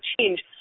change